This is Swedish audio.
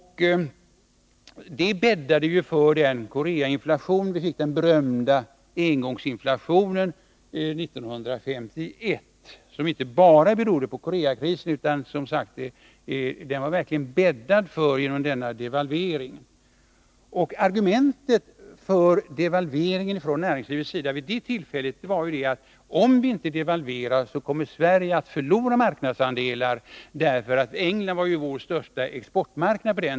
Det bäddade för den berömda engångsinflationen, Koreainflationen, 1951. Den berodde alltså inte bara på Koreakrisen, utan man hade verkligen bäddat för den genom denna devalvering. Argumentet från näringslivets sida för devalveringen var vid det tillfället att om vi inte devalverade skulle Sverige förlora marknadsandelar — England var på den tiden vår största exportmarknad.